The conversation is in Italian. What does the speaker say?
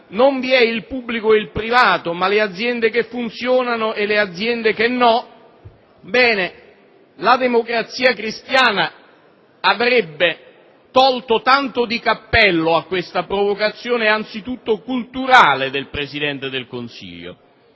non esiste il pubblico e il privato, ma aziende che funzionano e aziende che non funzionano, bene, la Democrazia Cristiana avrebbe tolto tanto di cappello a questa provocazione, anzitutto culturale, del Presidente del Consiglio.